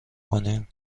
کنیم